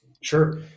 Sure